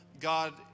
God